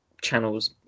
channels